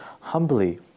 humbly